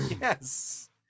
yes